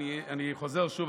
אני חוזר שוב,